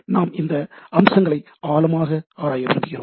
நாம் இந்த அம்சங்களை ஆழமாக ஆராய விரும்புகிறோம்